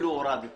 הורדתי